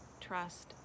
trust